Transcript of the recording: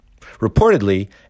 Reportedly